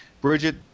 Bridget